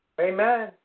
Amen